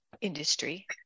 industry